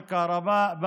לחברה הערבית אני אומר,